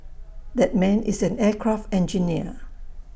that man is an aircraft engineer